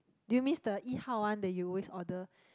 do you miss the Yi-Hao one that you always order